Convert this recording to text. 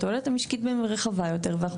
התועלת המשקית בהם היא רחבה יותר ואנחנו